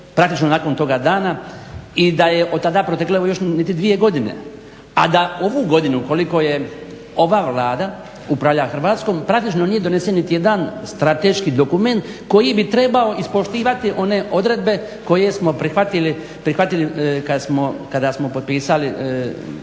praktično nakon toga dana i da je otada proteklo evo još niti dvije godine, a da ovu godinu koliko ova Vlada upravlja Hrvatskom praktično nije donesen nitijedan strateški dokument koji bi trebao ispoštivati one odredbe koje smo prihvatili kada smo potpisali, odnosno